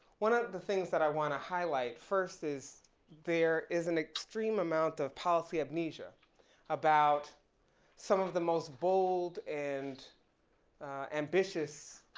one of the things that i wanna highlight first is there is an extreme amount of policy amnesia about some of the most bold and ambitious